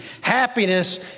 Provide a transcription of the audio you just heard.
Happiness